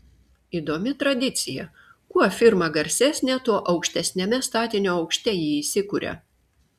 įdomi tradicija kuo firma garsesnė tuo aukštesniame statinio aukšte ji įsikuria